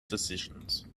decisions